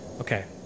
Okay